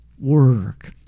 Work